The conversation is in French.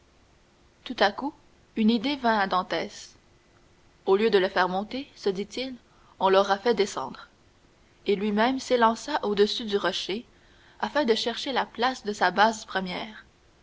tout à coup une idée vint à dantès au lieu de le faire monter se dit-il on l'aura fait descendre et lui-même s'élança au-dessus du rocher afin de chercher la place de sa base première